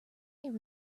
there